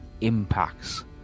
impacts